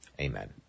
Amen